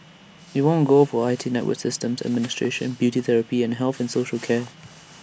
IT won gold for I T network systems administration beauty therapy and health and social care